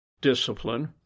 discipline